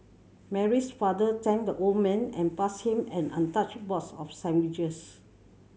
Mary's father thanked the old man and passed him an untouched box of sandwiches